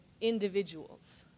individuals